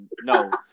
No